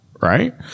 right